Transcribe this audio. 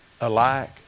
alike